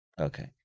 Okay